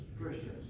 Christians